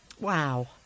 Wow